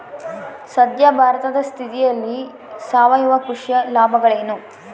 ಸದ್ಯ ಭಾರತದ ಸ್ಥಿತಿಯಲ್ಲಿ ಸಾವಯವ ಕೃಷಿಯ ಲಾಭಗಳೇನು?